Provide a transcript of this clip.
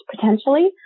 potentially